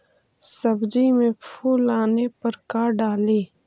सब्जी मे फूल आने पर का डाली?